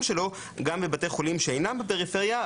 שלו גם בבתי חולים שאינם בפריפריה,